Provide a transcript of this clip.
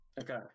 okay